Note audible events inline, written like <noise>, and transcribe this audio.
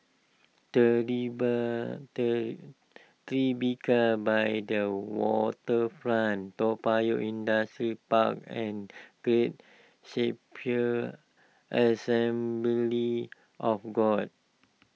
<unintelligible> Tribeca by the Waterfront Toa Payoh <unintelligible> Park and Great Shepherd Assembly of God